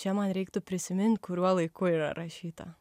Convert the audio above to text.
čia man reiktų prisimint kuriuo laiku yra rašyta